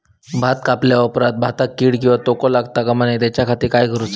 भात कापल्या ऑप्रात भाताक कीड किंवा तोको लगता काम नाय त्याच्या खाती काय करुचा?